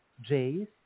J's